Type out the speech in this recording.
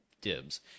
dibs